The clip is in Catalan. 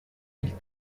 ell